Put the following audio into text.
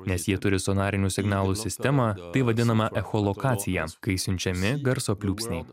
nes jie turi sonarinių signalų sistemą tai vadinama echolokacija kai siunčiami garso pliūpsniai